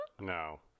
No